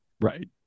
Right